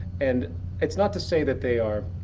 and it's not to say that they are.